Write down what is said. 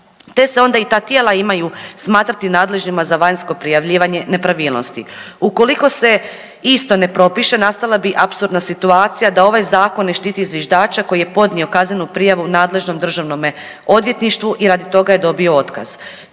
te se onda i ta tijela imaju smatrati nadležnima za vanjsko neprijavljivanje nepravilnosti. Ukoliko se isto ne propiše nastala bi apsurdna situacija da ovaj zakon ne štiti zviždača koji je podnio kaznenu prijavu nadležnom državnome odvjetništvu i radi toga je dobio otkaz.